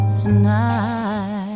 tonight